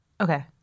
Okay